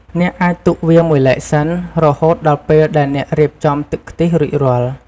អ្នកអាចទុកវាមួយឡែកសិន រហូតដល់ពេលដែលអ្នករៀបចំទឹកខ្ទិះរួចរាល់។